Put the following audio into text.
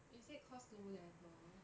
is it cause low level